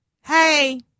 hey